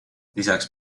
lisaks